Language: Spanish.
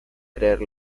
creer